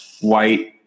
white